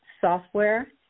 software